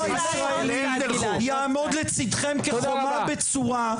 הישראלי יעמוד לצידכם כחומה בצורה,